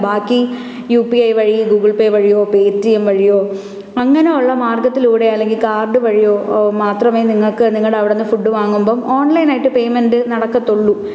ബാക്കി U P I വഴിയോ Google Pay വഴിയോ പേയ്റ്റിഎം വഴിയോ അങ്ങനെയുള്ള മാർഗത്തിലൂടെ അല്ലെങ്കില് കാർഡ് വഴിയോ മാത്രമേ നിങ്ങള്ക്ക് നിങ്ങളുടെ അവിടന്ന് ഫുഡ് വാങ്ങുമ്പോള് ഓൺലൈൻ ആയിട്ട് പേമെന്റ് നടക്കത്തുളളൂ